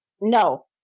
No